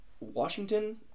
Washington